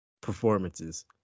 performances